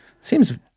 Seems